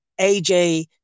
AJ